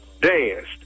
danced